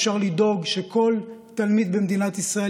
אפשר לדאוג שכל תלמיד במדינת ישראל